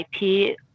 IP